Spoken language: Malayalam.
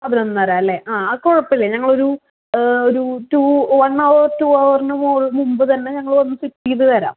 പതിനൊന്നര അല്ലെ കുഴപ്പമില്ല ഞങ്ങൾ ഒരു ഒരു ഒരു ടു വൺ ഹവർനു ടു ഹവർ മുൻപ് തന്നെ ഞങ്ങൾ വന്ന് ഫിക്സ് ചെയ്തു തരാം